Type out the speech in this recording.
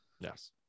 yes